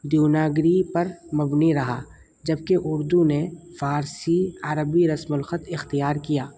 دیوناگری پر مبنی رہا جبکہ اردو نے فارسی عربی رسم الخط اختیار کیا